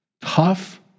Tough